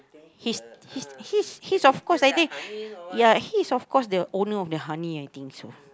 he's he's he's he's of course I think ya he is of course the owner of the honey I think so